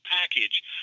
package